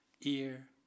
ear